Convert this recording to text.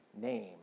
name